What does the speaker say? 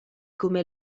come